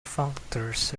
functors